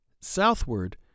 Southward